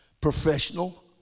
Professional